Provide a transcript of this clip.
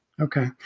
Okay